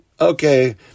okay